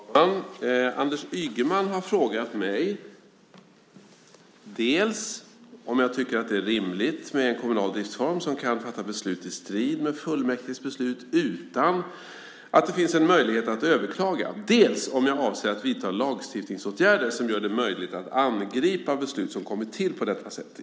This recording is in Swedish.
Herr talman! Anders Ygeman har frågat mig dels om jag tycker att det är rimligt med en kommunal driftsform som kan fatta beslut i strid med fullmäktiges beslut utan att det finns en möjlighet att överklaga, dels om jag avser att vidta lagstiftningsåtgärder som gör det möjligt att angripa beslut som kommit till på detta sätt.